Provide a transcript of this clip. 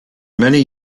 many